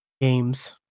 games